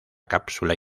cápsula